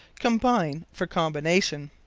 combine for combination.